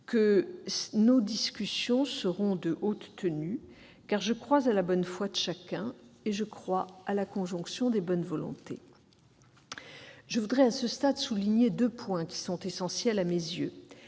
que nos discussions seront de haute tenue, car je crois à la bonne foi de chacun, ainsi qu'à la conjonction des bonnes volontés. Je voudrais, à ce stade, souligner deux points essentiels à mes yeux